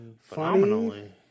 Phenomenally